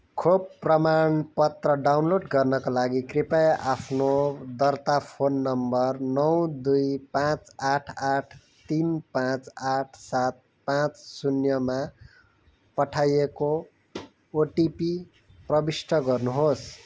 खोप प्रमाण पत्र डाउनलोड गर्नका लागि कृपया आफ्नो दर्ता फोन नम्बर नौ दुई पाँच आठ आठ तिन पाँच आठ सात पाँच शून्य मा पठाइएको ओटिपी प्रविष्ट गर्नुहोस्